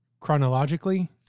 chronologically